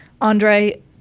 Andre